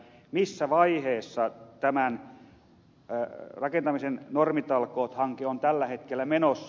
missä vaiheessa tämä rakentamisen normitalkoot hanke on tällä hetkellä menossa